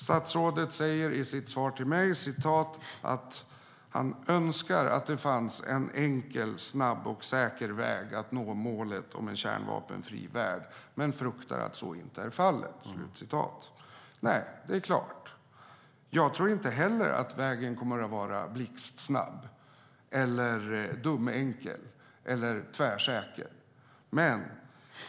Statsrådet säger i sitt svar till mig: "Jag skulle önska att det fanns en snabb, enkel och säker väg till målet om en kärnvapenfri värld, men fruktar att så inte är fallet." Nej, det är klart, och jag tror inte heller att vägen kommer att vara blixtsnabb, dumenkel eller tvärsäker.